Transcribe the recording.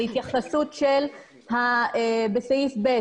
בסעיף (ב),